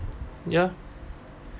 ya